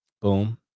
Boom